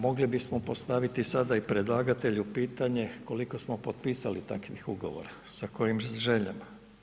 Mogli bismo postaviti sada i predlagatelju pitanje koliko smo potpisali takvih ugovora, sa kojim željama?